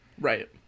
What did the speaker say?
right